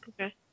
Okay